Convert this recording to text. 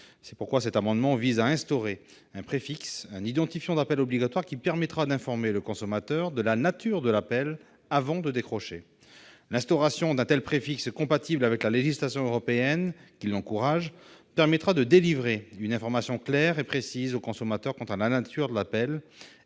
C'est pourquoi cet amendement vise à instaurer un préfixe, un identifiant d'appel obligatoire, qui permettra d'informer le consommateur de la nature de l'appel avant de décrocher. L'instauration d'un tel préfixe, compatible avec la législation européenne qui l'encourage, permettra de délivrer une information claire et précise au consommateur quant à la nature de l'appel.